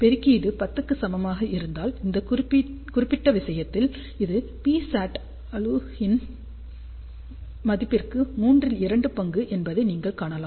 பெருக்கீடு 10 க்கு சமமாக இருந்தால் அந்த குறிப்பிட்ட விஷயத்தில் இது Psat alue இன் மதிப்பிற்கு மூன்றில் இரண்டு பங்கு என்பதை நீங்கள் காணலாம்